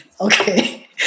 Okay